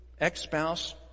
ex-spouse